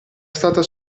stata